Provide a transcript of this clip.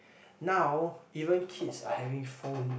now even kids are having phones